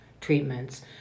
treatments